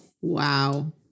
wow